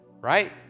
right